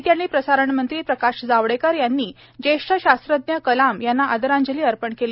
माहिती आणि प्रसारण मंत्री प्रकाश जावडेकर यांनी ज्येष्ठ शास्त्रज्ञ कलाम यांना आदरांजली अर्पण केली